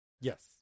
Yes